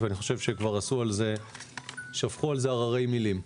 אני חושב שכבר שפכו על זה הררי מילים.